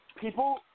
People